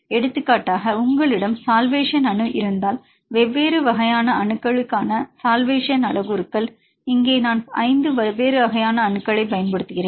எடுத்துக்காட்டாக உங்களிடம் சல்வேஷன் அணு இருந்தால் வெவ்வேறு வகையான அணுக்களுக்கான சல்வேஷன் அளவுருக்கள் இங்கே நான் 5 வெவ்வேறு வகையான அணுக்களைப் பயன்படுத்துகிறேன்